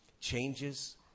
Changes